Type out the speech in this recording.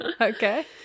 Okay